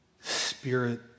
spirit